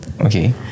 Okay